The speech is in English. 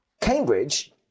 Cambridge